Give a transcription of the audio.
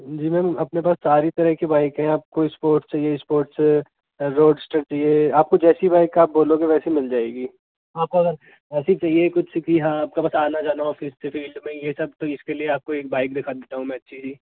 जी ma'am अपने पास सारी तरह की बाइक हैं आपको स्पोर्ट्स चाहिए स्पोर्ट्स रोड चाहिए आपको जैसी बाइक आप बोलोगे वैसी मिल जाएगी आपको अगर ऐसे ही चाहिए कुछ कि हाँ आपका बस आना जाना हो फिर से फील्ड में यह सब तो इसके लिए आपको एक बाइक दिखा देता हूँ अच्छी सी